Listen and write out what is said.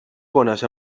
coneix